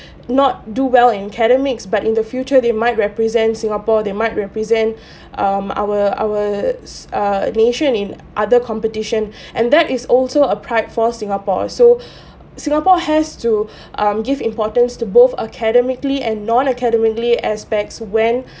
not do well in academics but in the future the might represent singapore they might represent um our our s~ uh nation in other competition and that is also a pride for singapore so singapore has to um give importance to both academically and non academically aspects when